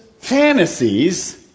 fantasies